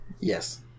Yes